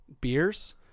beers